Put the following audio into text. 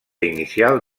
inicial